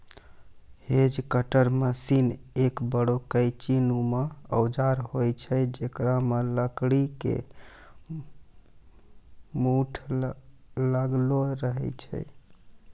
hedge cutter machine एक बड़ो कैंची नुमा औजार होय छै जेकरा मॅ लकड़ी के मूठ लागलो रहै छै